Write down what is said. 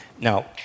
Now